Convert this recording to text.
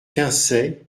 quinçay